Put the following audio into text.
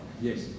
Yes